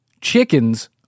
chickens